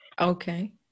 Okay